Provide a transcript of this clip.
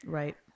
right